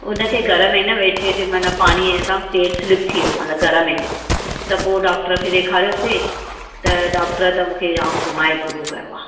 हुनखे घर में ई न वेठे वेठे माना पाणीअ सां पेर स्लिप थी वियो मतिलबु घर में ई त पोइ डॉक्टर खे ॾेखारियोसीं त डॉक्टर त मूंखे जाम घुमाइ पूरो कयो